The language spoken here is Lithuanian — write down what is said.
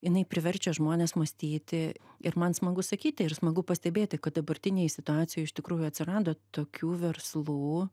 jinai priverčia žmones mąstyti ir man smagu sakyti ir smagu pastebėti kad dabartinėj situacijoj iš tikrųjų atsirado tokių verslų